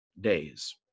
days